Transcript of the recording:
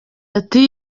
ati